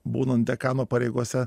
būnant dekano pareigose